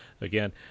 again